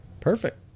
Perfect